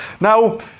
now